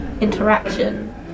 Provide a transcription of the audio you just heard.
interaction